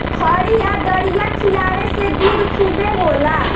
खरी आ दरिया खिआवे से दूध खूबे होला